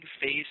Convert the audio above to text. phase